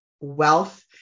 wealth